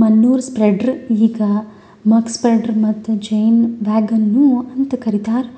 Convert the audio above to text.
manure ಸ್ಪ್ರೆಡ್ರ್ ಈಗ್ ಮಕ್ ಸ್ಪ್ರೆಡ್ರ್ ಮತ್ತ ಜೇನ್ ವ್ಯಾಗನ್ ನು ಅಂತ ಕರಿತಾರ್